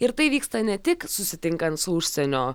ir tai vyksta ne tik susitinkant su užsienio